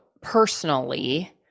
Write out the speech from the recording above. personally